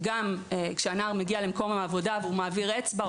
כאשר הנער מגיע למקום העבודה הוא מעביר אצבע,